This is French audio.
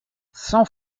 sans